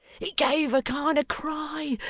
it gave a kind of cry,